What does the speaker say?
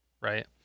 right